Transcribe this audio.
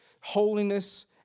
holiness